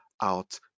out